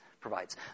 provides